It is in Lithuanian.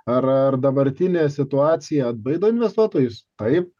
ar ar dabartinė situacija atbaido investuotojus taip